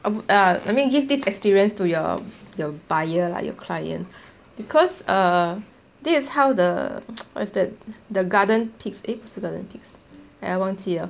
um ah I mean give this experience to your your buyer lah your client because err this is how the what is that the garden picks eh 不是 garden picks !aiya! 忘记了